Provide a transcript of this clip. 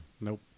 Nope